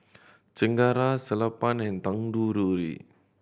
Chengara Sellapan and Tanguturi